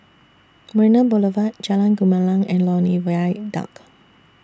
Marina Boulevard Jalan Gumilang and Lornie Viaduct